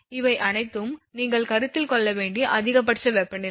இவை அனைத்தும் நீங்கள் கருத்தில் கொள்ள வேண்டிய அதிகபட்ச வெப்பநிலை